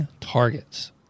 targets